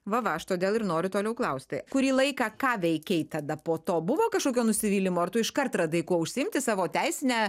va va aš todėl ir noriu toliau klausti kurį laiką ką veikei tada po to buvo kažkokio nusivylimo ar tu iškart radai kuo užsiimti savo teisinę